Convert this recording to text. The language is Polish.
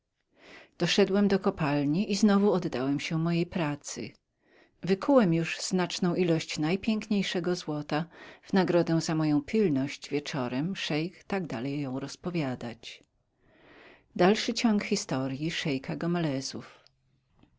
poszedłem do kopalni i znowu oddałem się mojej pracy wykułem już był znaczną ilość najpiękniejszego złota w nagrodę za moją pilność wieczorem szeik tak dalej jął rozpowiadać mówiłem ci że będąc w